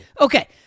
Okay